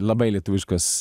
labai lietuviškas